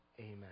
Amen